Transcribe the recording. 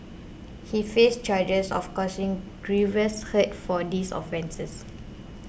he faced charges of causing grievous hurt for these offences